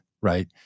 right